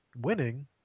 winning